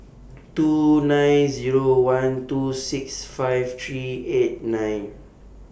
two nine Zero one two six five three eight nine